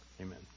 amen